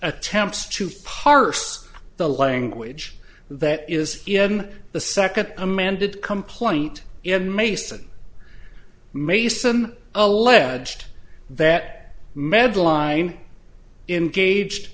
attempts to parse the language that is in the second amended complaint in mason mason alleged that medline in gauged